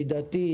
מידתי,